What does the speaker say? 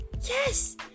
yes